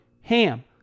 HAM